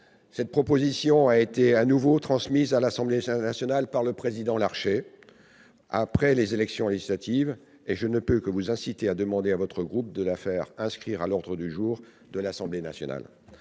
Cette proposition a été de nouveau transmise à l'Assemblée nationale par le président Larcher après les élections législatives, et je ne peux que vous inciter à demander à votre groupe de la faire inscrire à l'ordre du jour de l'Assemblée nationale.